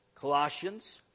Colossians